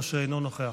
או שהוא אינו נוכח,